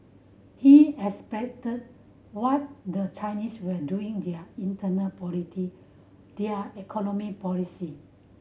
he explained what the Chinese were doing their internal politic their economic policy